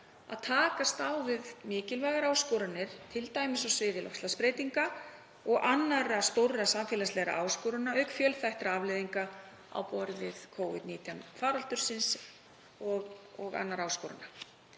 að takast á við mikilvægar áskoranir, t.d. á sviði loftslagsbreytinga og annarra stórra samfélagslegra áskorana, auk fjölþættra afleiðinga Covid-19 faraldursins og annarra áskorana.